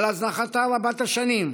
על הזנחה רבת-שנים,